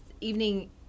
evening